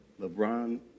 LeBron